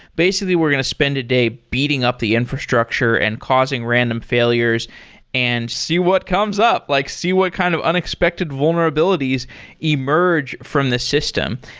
basically, we're going to spend a day beating up the infrastructure and causing random failures and see what comes up, like see what kind of unexpected vulnerabilities emerge from the system.